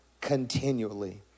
continually